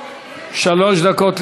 שלוש דקות לרשותו,